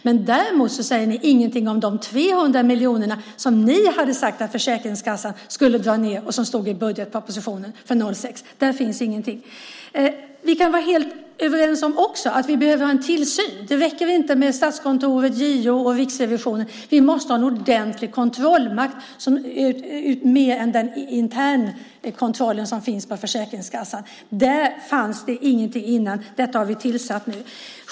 Men däremot säger ni ingenting om de 300 miljoner som ni hade sagt att Försäkringskassan skulle dra ned, vilket stod i budgetpropositionen för 2006. Där finns ingenting. Vi kan också vara helt överens om att vi behöver ha en tillsyn. Det räcker inte med Statskontoret, JO och Riksrevisionen. Vi måste ha en ordentlig kontrollmakt, mer än den interna kontroll som finns vid Försäkringskassan. Där fanns det ingenting tidigare. Det har vi tillsatt nu.